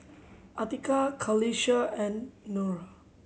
Atiqah Qalisha and Nura